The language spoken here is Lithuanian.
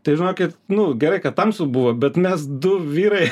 tai žinokit nu gerai kad tamsu buvo bet mes du vyrai